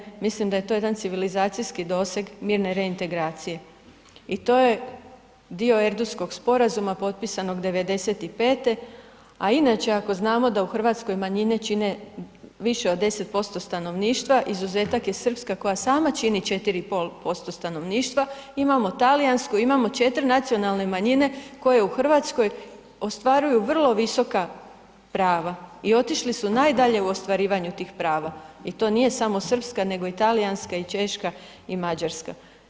Mislim da ne, mislim da je to jedan civilizacijski doseg mirne reintegracije i to je dio Erdutskog sporazuma potpisanog '95. a inače ako znamo da u Hrvatskoj manjine čine više od 10% stanovništva, izuzetak je srpska koja sama čini 4,5% stanovništva, imamo talijansku, imamo 4 nacionalne manjine koje u Hrvatskoj ostvaruju vrlo visoka prava i otišli su najdalje u ostvarivanju tih prava i to nije samo srpska nego i talijanska i češka i mađarska.